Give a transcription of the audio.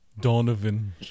Donovan